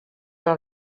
del